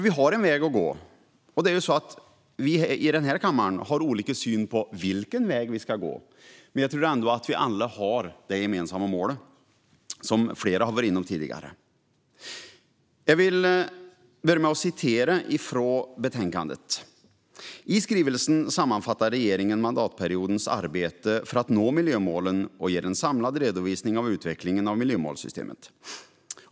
Vi har ju en väg att gå, och vi här i kammaren har olika syn på vilken väg vi ska gå. Men jag tror ändå att vi alla har det mål gemensamt som flera varit inne på tidigare. Jag vill börja med att citera ur betänkandet. "I skrivelsen sammanfattar regeringen mandatperiodens arbete för att nå miljömålen och ger en samlad redovisning av utvecklingen av miljömålssystemet.